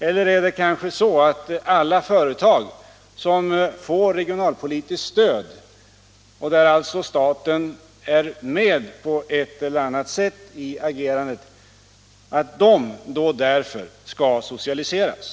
Eller är det kanske så att alla företag som får regionalpolitiskt stöd, där alltså staten är med på ett eller annat sätt i agerandet, skall socialiseras?